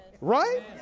right